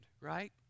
right